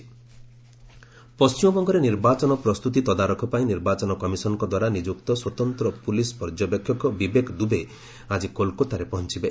EC West Bengal ପଣ୍ଟିମବଙ୍ଗରେ ନିର୍ବାଚନ ପ୍ରସ୍ତୁତି ତଦାରଖ ପାଇଁ ନିର୍ବାଚନ କମିଶନଙ୍କ ଦ୍ୱାରା ନିଯୁକ୍ତ ସ୍ୱତନ୍ତ୍ର ପୁଲିସ୍ ପର୍ଯ୍ୟବେକ୍ଷକ ବିବେକ ଦୂର୍ବେ ଆକି କୋଲକାତାରେ ପହଞ୍ଚବେ